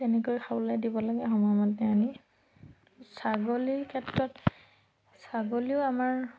তেনেকৈ খাবলৈ দিব লাগে সময়মতে আনি ছাগলীৰ ক্ষেত্ৰত ছাগলীও আমাৰ